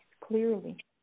clearly